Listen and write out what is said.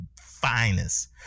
finest